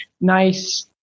nice